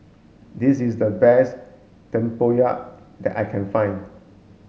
this is the best Tempoyak that I can find